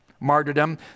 martyrdom